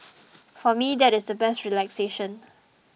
for me that is the best relaxation